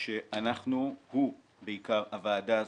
שהוא בעיקר, הוועדה הזאת,